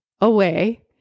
away